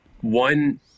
One